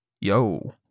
yo